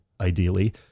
Ideally